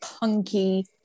punky